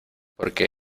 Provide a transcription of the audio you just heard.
porque